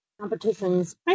competitions